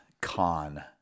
Con